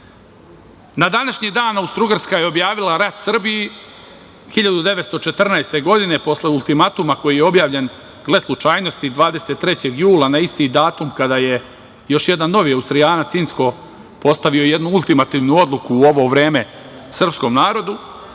današnji dan Austrougarska je objavila rat Srbiji 1914. godine, posle ultimatuma koji je objavljen, gle slučajnosti, 23. jula, na isti datum kada je još jedan novi Austrijanac Incko postavio jednu ultimativnu odluku u ovo vreme srpskom narodu